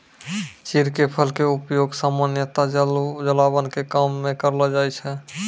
चीड़ के फल के उपयोग सामान्यतया जलावन के काम मॅ करलो जाय छै